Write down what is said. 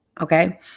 Okay